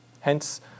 Hence